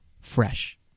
fresh